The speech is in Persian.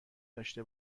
داشته